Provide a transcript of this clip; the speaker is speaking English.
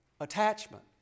attachment